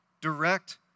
direct